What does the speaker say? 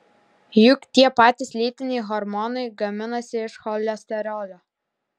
juk tie patys lytiniai hormonai gaminasi iš cholesterolio